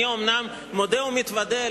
אני אומנם מודה ומתוודה,